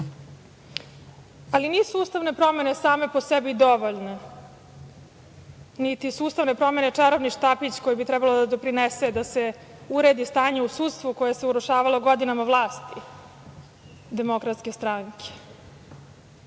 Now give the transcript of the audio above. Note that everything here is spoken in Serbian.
ali nisu ustavne promene same po sebi i dovoljne, niti su ustavne promene čarobni štapić koje bi trebale da doprinese uredi stanje u sudstvu koje se urušavalo godinama vlasti Demokratske stranke.I